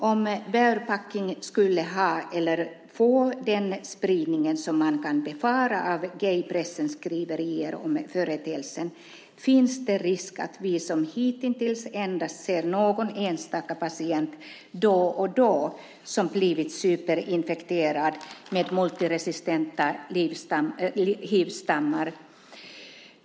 Om barebacking skulle ha eller få den spridning som man kan befara av gaypressens skriverier om företeelsen finns det risk att vi som hitintills endast ser någon enstaka patient då och då som blivit superinfekterad med multiresistenta hivstammar .